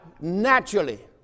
naturally